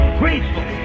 graceful